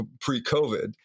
pre-COVID